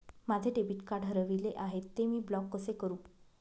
माझे debit card हरविले आहे, ते मी ब्लॉक कसे करु?